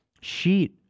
sheet